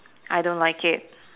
I don't like it